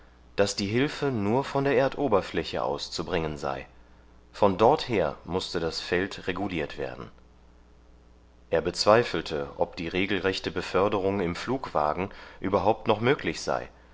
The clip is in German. daß die hilfe nur von der erdoberfläche aus zu bringen sei von dorther mußte das feld reguliert werden er bezweifelte ob die regelrechte beförderung im flugwagen überhaupt noch möglich sei